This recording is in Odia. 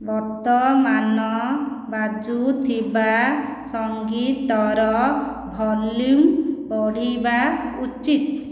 ବର୍ତ୍ତମାନ ବାଜୁଥିବା ସଂଗୀତର ଭଲ୍ୟୁମ୍ ବଢ଼ିବା ଉଚିତ୍